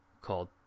called